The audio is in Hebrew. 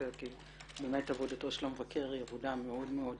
כי באמת עבודתו של המבקר היא עבודה מאוד מאוד